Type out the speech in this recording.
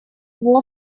его